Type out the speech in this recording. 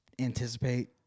anticipate